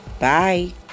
Bye